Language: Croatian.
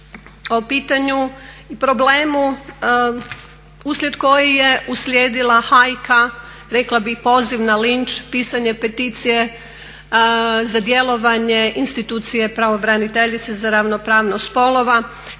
o pitanju i problemu uslijed koje je uslijedila hajka rekla bih i poziv na linč, pisanje peticije za djelovanje institucije pravobraniteljice za ravnopravnost spolova